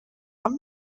are